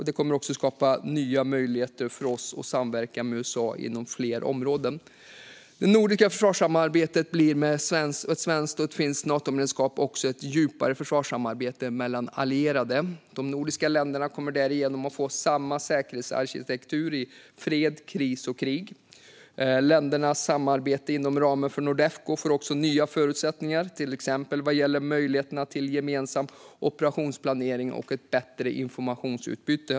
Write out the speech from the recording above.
Det kommer också att skapa nya möjligheter för oss att samverka med USA inom fler områden. Det nordiska försvarssamarbetet blir med ett svenskt och ett finskt Natomedlemskap också ett djupare försvarssamarbete mellan allierade. De nordiska länderna kommer därigenom att få samma säkerhetsarkitektur i fred, kris och krig. Ländernas samarbete inom ramen för Nordefco får också nya förutsättningar, till exempel vad gäller möjligheterna till gemensam operationsplanering och bättre informationsutbyte.